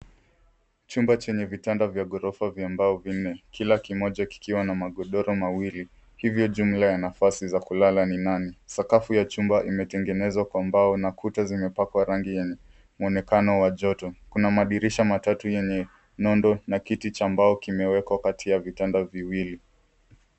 Chumba chenye vitanda vya ghorofa vya mbao nne, kila mmoja kikiwa na magodoro mawili hivyo jumla ya nafasi za kulala ni nane. Sakafu ya chumba imetengenezwa kwa mbao na kuta zimepangwa rangi yenye muonekano wa joto. Kuna madirisha matatu yenye nondo na kiti cha mbao kimewekwa kati ya vitanda viwili.